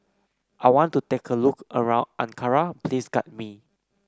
I want to take a look around Ankara Please guide me